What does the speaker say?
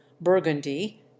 burgundy